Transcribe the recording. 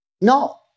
No